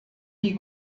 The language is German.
die